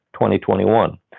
2021